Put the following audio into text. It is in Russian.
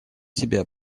себя